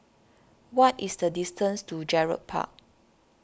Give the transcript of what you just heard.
what is the distance to Gerald Park